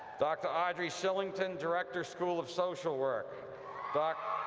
dr. audrey shillington, director, school of social work but